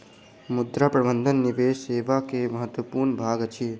मुद्रा प्रबंधन निवेश सेवा के महत्वपूर्ण भाग अछि